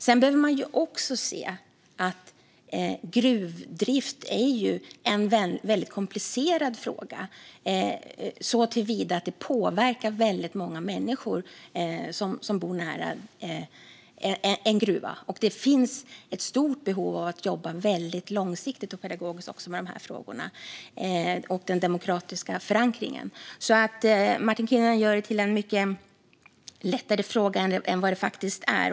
Sedan behöver man se att gruvdrift är en komplicerad fråga såtillvida att det påverkar väldigt många människor som bor nära en gruva. Det finns ett stort behov av jobba långsiktigt och pedagogiskt med dessa frågor och den demokratiska förankringen. Martin Kinnunen gör detta till en mycket lättare fråga än vad den faktiskt är.